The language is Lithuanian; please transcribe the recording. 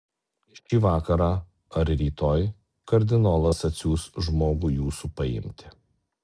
šį vakarą ar rytoj kardinolas atsiųs žmogų jūsų paimti